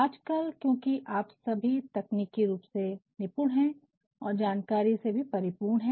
आजकल क्योंकि आप सभी तकनीकी रूप से निपुण हैं और जानकारी से भी परिपूर्ण है